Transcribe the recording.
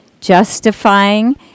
justifying